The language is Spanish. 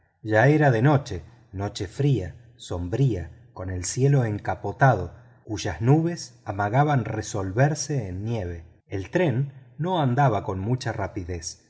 ya era de noche noche fría sombría con el cielo encapotado cuyas nubes amagaban resolverse en nieve el tren no andaba con mucha rapidez